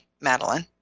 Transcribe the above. Madeline